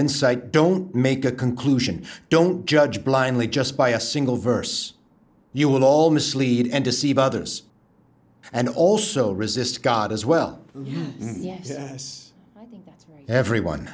insight don't make a conclusion don't judge blindly just by a single verse you will all mislead and deceive others and also resist god as well you yes everyone